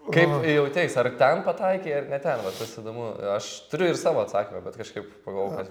kaip jauteis ar ten pataikei ar ne ten va tas įdomu aš turiu ir savo atsakymą bet kažkaip pagalvojau kad